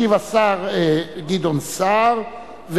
ישיב השר גדעון סער,